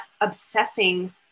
obsessing